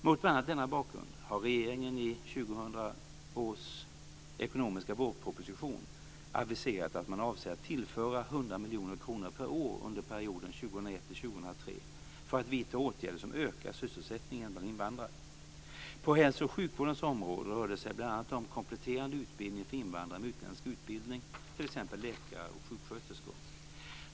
Mot bl.a. denna bakgrund har regeringen i 2000 års ekonomiska vårproposition aviserat att man avser att tillföra 100 miljoner kronor per år under perioden 2001-2003 för att vidta åtgärder som ökar sysselsättningen bland invandrare. På hälso och sjukvårdens område rör det sig bl.a. om kompletterande utbildning för invandrare med utländsk utbildning, t.ex. läkare och sjuksköterskor.